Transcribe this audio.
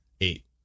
Eight